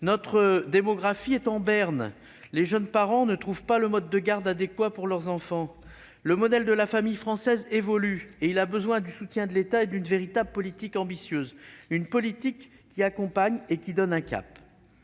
Notre démographie est en berne. Les jeunes parents ne trouvent pas le mode de garde adéquat pour leurs enfants. Le modèle de la famille française évolue : il a besoin du soutien de l'État et d'une véritable politique ambitieuse, qui accompagne et qui donne un cap.